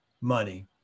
money